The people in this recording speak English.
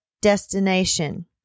destination